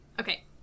Okay